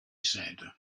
said